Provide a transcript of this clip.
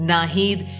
Nahid